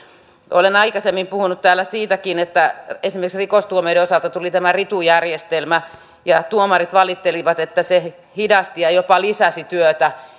olen aikaisemmin puhunut täällä siitäkin että esimerkiksi rikostuomioiden osalta tuli tämä ritu järjestelmä ja tuomarit valittelivat että se hidasti ja jopa lisäsi työtä